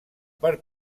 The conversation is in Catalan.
per